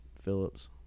Phillips